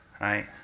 right